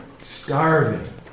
Starving